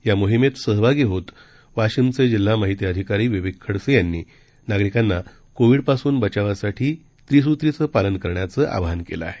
या मोहिमेत सहभागी होत वाशिमचे जिल्हा माहिती अधिकारी विवेक खडसे यांनी नागरिकांना कोविडपासून बचावासाठी त्रिसूत्रींचं पालन करण्याचं आवाहन केलं आहे